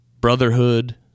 brotherhood